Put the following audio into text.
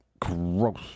gross